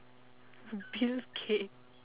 bill gate